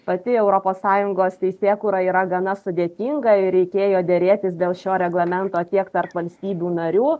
pati europos sąjungos teisėkūra yra gana sudėtinga ir reikėjo derėtis dėl šio reglamento tiek tarp valstybių narių